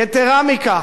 יתירה מכך,